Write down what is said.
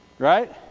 Right